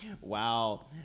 Wow